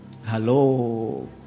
Hello